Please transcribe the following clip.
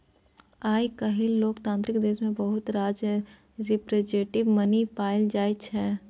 आइ काल्हि लोकतांत्रिक देश मे बहुत रास रिप्रजेंटेटिव मनी पाएल जाइ छै